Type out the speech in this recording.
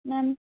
ma'am